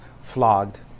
flogged